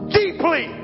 deeply